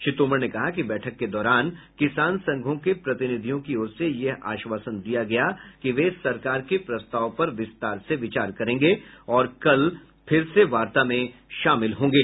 श्री तोमर ने कहा कि बैठक के दौरान किसान संघों के प्रतिनिधियों की ओर से यह आश्वासन दिया गया कि वे सरकार के प्रस्ताव पर विस्तार से विचार करेंगे और कल फिर से वार्ता में शामिल होंगे